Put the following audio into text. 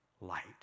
light